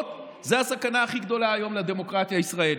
זה הסכנה הכי גדולה היום לדמוקרטיה הישראלית.